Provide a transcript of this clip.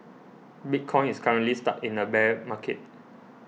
bitcoin is currently stuck in a bear market